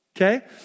Okay